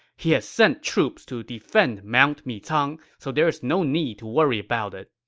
he has sent troops to defend mount micang, so there's no need to worry about it.